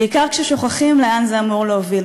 בעיקר כששוכחים לאן זה אמור להוביל,